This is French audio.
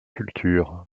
cultures